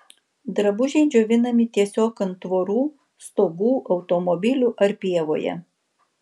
drabužiai džiovinami tiesiog ant tvorų stogų automobilių ar pievoje